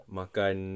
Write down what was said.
makan